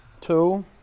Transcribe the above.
two